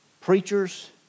preachers